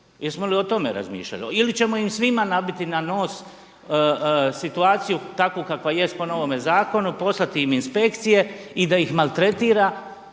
Jesmo li o tome razmišljali ili ćemo im svima nabiti na nos situaciju takvu kakva jest po novome zakonu, poslati im inspekcije i da ih maltretira